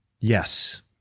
Yes